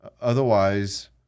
Otherwise